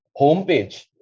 homepage